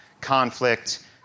conflict